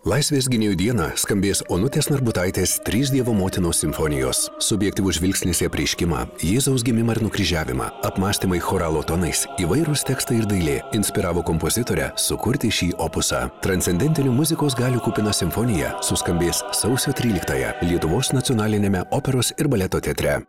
laisvės gynėjų dieną skambės onutės narbutaitės trys dievo motinos simfonijos subjektyvus žvilgsnis į apreiškimą jėzaus gimimą ir nukryžiavimą apmąstymai choralo tonais įvairūs tekstai ir dailė inspiravo kompozitorę sukurti šį opusą transcendentinių muzikos galių kupina simfonija suskambės sausio tryliktąją lietuvos nacionaliniame operos ir baleto teatre